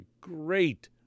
great